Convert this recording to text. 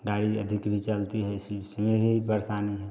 गाड़ी अधिक भी चलती है इस इससे भी परेशानी है